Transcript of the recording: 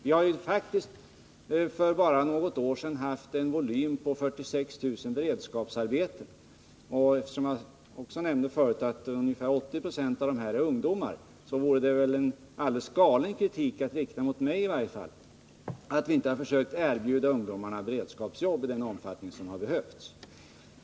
Vi har faktiskt för bara något år sedan haft en volym på 46 000 beredskapsarbeten, och — som jag också nämnde förut — ungefär 80 96 gällde ungdomar. Det vore alldeles galet att rikta kritik mot mig för att vi inte har försökt erbjuda ungdomarna beredskapsjobb i den omfattning som behövts.